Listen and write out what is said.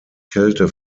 kälte